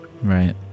Right